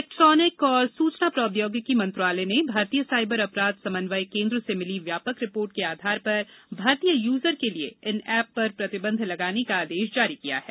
इलेक्ट्रानिकी और सूचना प्रौद्योगिकी मंत्रालय ने भारतीय साइबर अपराध समन्वय केंद्र से मिली व्यापक रिपोर्ट के आधार पर भारतीय यूजर के लिए इन ऐप पर प्रतिबंध लगाने का आदेश जारी किया है